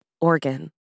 organ